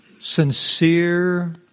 Sincere